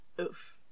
Oof